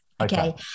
Okay